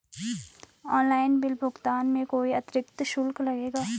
Online bill भुगतान में कोई अतिरिक्त शुल्क लगेगा?